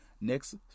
Next